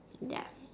ya